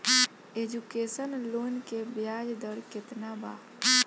Education loan के ब्याज दर केतना बा?